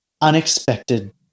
unexpected